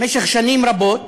משך שנים רבות